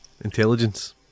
Intelligence